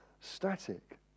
static